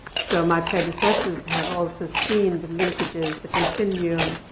so my predecessors have also seen the linkages, the continuum,